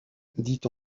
dit